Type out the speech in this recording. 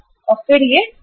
और फिर यह 30 है